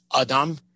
adam